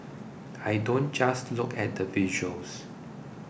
I don't just look at the visuals